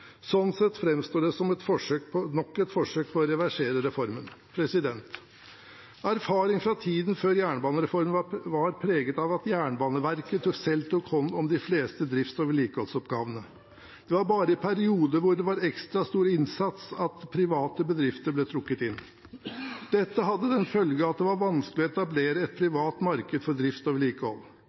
Sånn sett framstår det som nok et forsøk på å reversere reformen. Erfaringene fra tiden før jernbanereformen var preget av at Jernbaneverket selv tok hånd om de fleste drifts- og vedlikeholdsoppgavene. Det var bare i perioder hvor det var ekstra stor innsats, at private bedrifter ble trukket inn. Dette hadde den følge at det var vanskelig å etablere et privat marked for drift og vedlikehold.